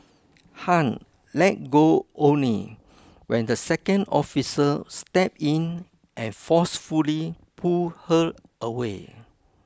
Han let go only when the second officer stepped in and forcefully pulled her away